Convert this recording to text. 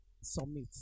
submit